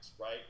right